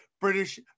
British